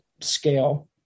scale